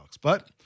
But-